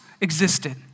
existed